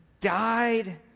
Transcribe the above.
died